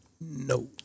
No